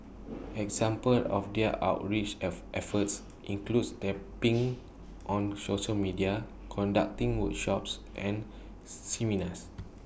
examples of their outreach F efforts includes tapping on social media conducting workshops and seminars